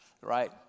right